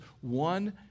one